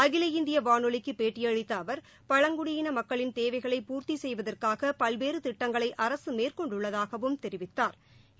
அகில இந்திய வானொலிக்கு பேட்டியளித்த அவர் பழங்குடியின மக்களின் தேவைகளை பூர்த்தி செய்வதற்காக பல்வேறு திட்டங்களை அரசு மேற்கொண்டுள்ளதாகவும் தெரிவித்தாா்